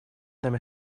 нами